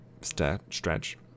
stretch